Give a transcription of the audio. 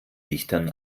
lichtern